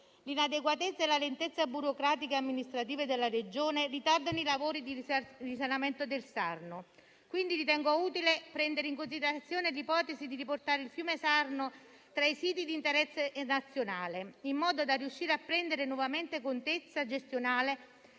L'inadeguatezza e la lentezza burocratica e amministrativa della Regione ritardano i lavori di risanamento del Sarno. Quindi, ritengo utile prendere in considerazione l'ipotesi di riportare il fiume Sarno tra i siti di interesse nazionale, in modo da riuscire a prendere nuovamente contezza gestionale